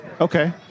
Okay